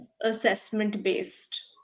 assessment-based